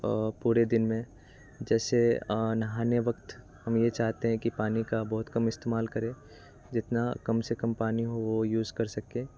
पूरे दिन में जैसे नहाने वक़्त हम ये चाहते हैं कि पानी का बहुत कम इस्तेमाल करें जितना कम से कम पानी हो वो यूज़ कर सकें